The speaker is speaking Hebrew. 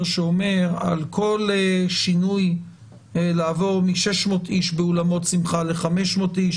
שאומר שעל כל שינוי לעבור מ-600 אנשים באולמות שמחה ל-500 אנשים